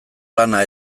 lana